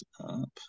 up